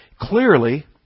Clearly